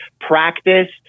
practice